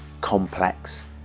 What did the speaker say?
complex